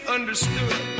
understood